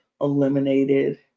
eliminated